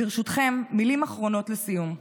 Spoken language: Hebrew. ברשותכם, מילים אחרונות לסיום.